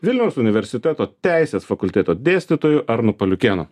vilniaus universiteto teisės fakulteto dėstytoju arnu paliukėnu